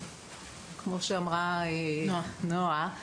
כמו שאמרה נועה,